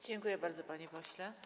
Dziękuję bardzo, panie pośle.